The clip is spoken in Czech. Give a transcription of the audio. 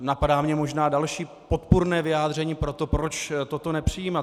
Napadá mě možná další podpůrné vyjádření, proč to nepřijímat.